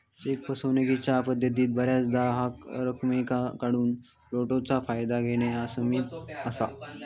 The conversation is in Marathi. चेक फसवणूकीच्या पद्धतीत बऱ्याचदा ह्या रकमेक काढूक फ्लोटचा फायदा घेना सामील असा